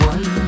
One